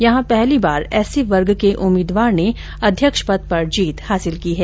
यहां पहली बार एससी वर्ग के उम्मीदवार ने अध्यक्ष पद पर जीत हासिल की है